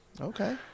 Okay